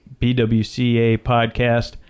bwcapodcast